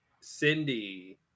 Cindy